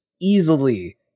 easily